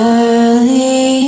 early